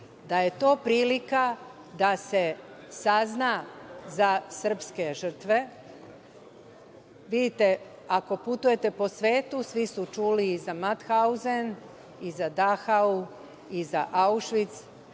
da je to prilika da se sazna za srpske žrtve. Vidite, ako putujete po svetu svi su čuli za „Mauthauzen“ i za „Dahau“ i za „Aušvic“,